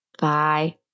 Bye